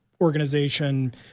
organization